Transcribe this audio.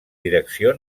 direcció